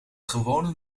gewone